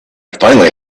finally